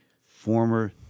former